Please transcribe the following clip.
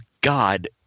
God